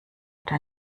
der